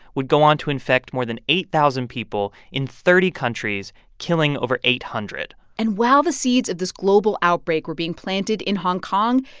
would go on to infect more than eight thousand people in thirty countries, killing over eight hundred point and while the seeds of this global outbreak were being planted in hong kong,